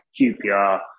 QPR